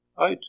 out